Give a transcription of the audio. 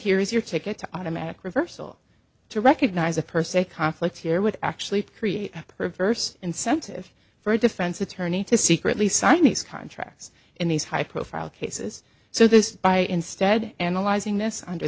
here is your ticket to automatic reversal to recognize a per se conflict here would actually create a perverse incentive for a defense attorney to secretly sign these contracts in these high profile cases so this by instead analyzing this under